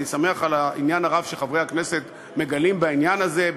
אני שמח על העניין הרב שחברי הכנסת מגלים בעניין הזה,